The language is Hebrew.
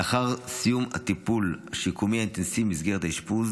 לאחר סיום הטיפול השיקומי האינטנסיבי במסגרות האשפוז,